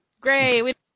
great